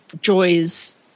Joy's